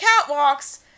catwalks